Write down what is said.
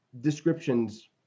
descriptions